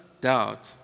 doubt